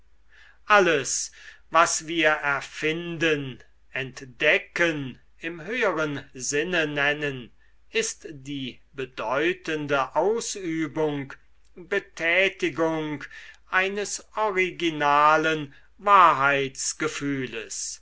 alles was wir erfinden entdecken im höheren sinne nennen ist die bedeutende ausübung betätigung eines originalen